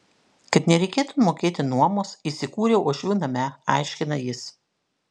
kad nereikėtų mokėti nuomos įsikūriau uošvių name aiškina jis